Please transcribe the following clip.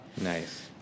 Nice